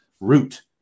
root